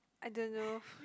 I don't know